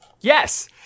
Yes